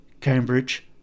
Cambridge